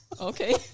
Okay